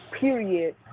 period